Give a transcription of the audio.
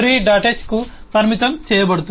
h కు పరిమితం చేయబడుతుంది